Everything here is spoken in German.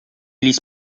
ließ